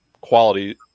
quality